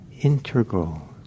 integral